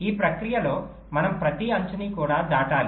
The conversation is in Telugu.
ఈ ప్రక్రియలో మనం ప్రతి అంచుని కూడా దాటాలి